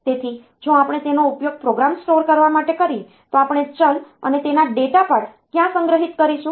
તેથી જો આપણે તેનો ઉપયોગ પ્રોગ્રામ સ્ટોર કરવા માટે કરીએ તો આપણે ચલ અને તેનો ડેટા પાર્ટ ક્યાં સંગ્રહિત કરીશું